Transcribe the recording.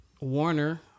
Warner